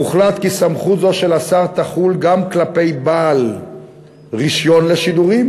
הוחלט כי סמכות זו של השר תחול גם כלפי בעל רישיון לשידורים.